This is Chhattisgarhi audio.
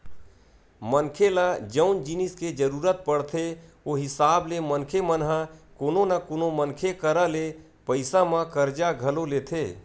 मनखे ल जउन जिनिस के जरुरत पड़थे ओ हिसाब ले मनखे मन ह कोनो न कोनो मनखे करा ले पइसा म करजा घलो लेथे